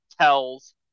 tells